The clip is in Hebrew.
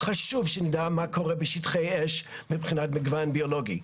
חשוב שנדע מה קורה בשטחי אש מבחינת מגוון ביולוגי.